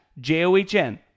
john